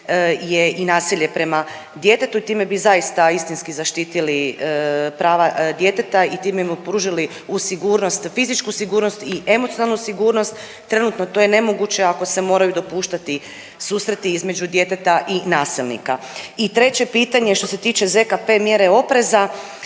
i nasilje prema djetetu, time bi zaista istinski zaštitili prava djeteta i time mu pružili uz sigurnost, fizičku sigurnost i emocionalnu sigurnost. Trenutno to je nemoguće ako se moraju dopuštati susreti između djeteta i nasilnika. I treće pitanje što se tiče ZKP mjere opreza,